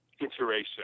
iteration